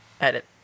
edit